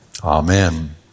Amen